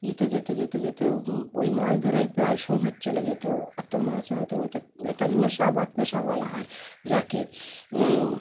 যেতে যেতে যেতে যেতে ওই মাছ ধরেই প্রায় সংঘার চলে যেত এতো মাছ হতো ওটা একটা নেশা বা পেশা বলা হয় যাকে